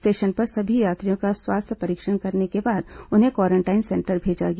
station पर सभी यात्रियों का स्वास्थ्य परीक्षण करने के बाद उन्हें क्वारेंटाइन सेंटर भेजा गया